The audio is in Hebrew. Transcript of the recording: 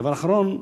דבר אחרון,